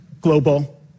global